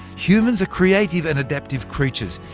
humans are creative and adaptive creatures.